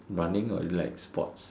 running or is it like sports